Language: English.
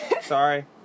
Sorry